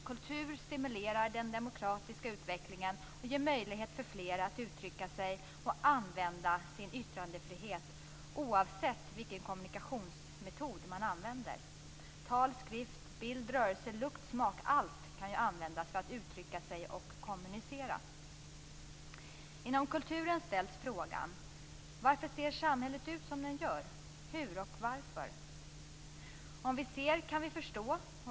Kultur stimulerar den demokratiska utvecklingen och ger möjlighet för fler att uttrycka sig och använda sin yttrandefrihet oavsett vilken kommunikationsmetod som man använder. Tal, skrift, bild, rörelse, lukt, smak - allt kan användas för att uttrycka sig och kommunicera. Inom kulturen ställs frågan: Varför ser samhället ut som det gör? Hur och varför? Om vi ser kan vi förstå.